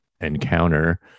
encounter